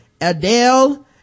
Adele